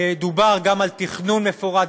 דובר גם על תכנון מפורט,